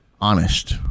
honest